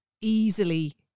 easily